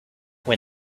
when